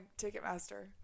Ticketmaster